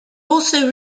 also